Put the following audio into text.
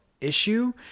issue